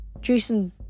Jason